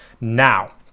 Now